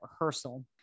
rehearsal